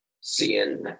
seeing